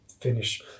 finish